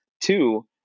Two